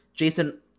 Jason